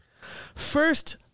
First